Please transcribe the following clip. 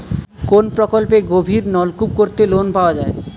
কোন প্রকল্পে গভির নলকুপ করতে লোন পাওয়া য়ায়?